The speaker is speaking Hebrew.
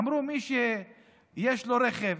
אמרו שמי שיש לו רכב